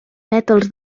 pètals